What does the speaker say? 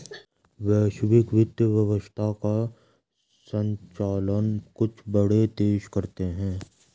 वैश्विक वित्त व्यवस्था का सञ्चालन कुछ बड़े देश करते हैं